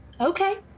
okay